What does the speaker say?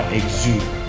exude